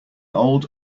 old